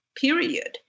Period